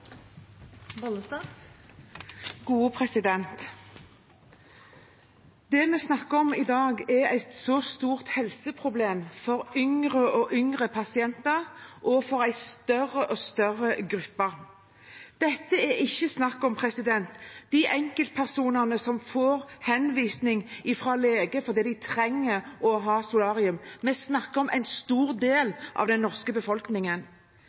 et stort helseproblem for yngre og yngre pasienter og for en større og større gruppe. Det er ikke snakk om de enkeltpersonene som får henvisning fra lege fordi de trenger å ta solarium. Vi snakker om en stor del av den norske befolkningen.